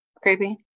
creepy